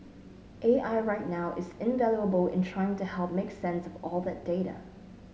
A I right now is invaluable in trying to help make sense of all that data